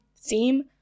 theme